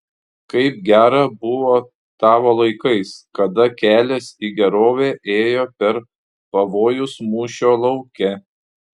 kaip gera buvo tavo laikais kada kelias į gerovę ėjo per pavojus mūšio lauke